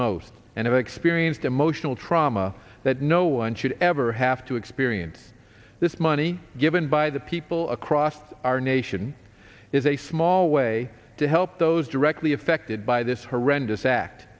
most and experienced emotional trauma that no one should ever have to experience this money given by the people across our nation is a small way to help those directly affected by this horrendous act